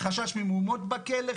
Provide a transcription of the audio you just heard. חשש ממהומות בכלא,